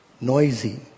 Noisy